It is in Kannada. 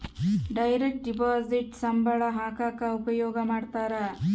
ಡೈರೆಕ್ಟ್ ಡಿಪೊಸಿಟ್ ಸಂಬಳ ಹಾಕಕ ಉಪಯೋಗ ಮಾಡ್ತಾರ